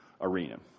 arena